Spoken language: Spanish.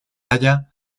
halla